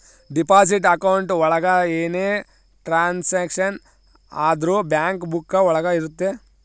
deposit account ಒಳಗ ಏನೇ transaction ಆದ್ರೂ ಬ್ಯಾಂಕ್ ಬುಕ್ಕ ಒಳಗ ಇರುತ್ತೆ